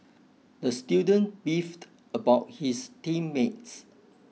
the student beefed about his team mates